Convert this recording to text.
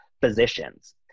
physicians